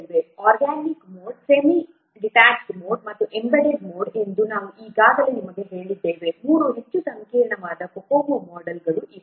organic mode semidetached mode ಮತ್ತು embedded mode ಎಂದು ನಾನು ಈಗಾಗಲೇ ನಿಮಗೆ ಹೇಳಿದ್ದೇನೆ 3 ಹೆಚ್ಚು ಸಂಕೀರ್ಣವಾದ COCOMO ಮೋಡೆಲ್ಗಳು ಇವೆ